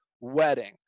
wedding